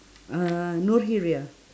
uh noorkhiriah